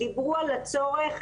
דיברו על הצורך.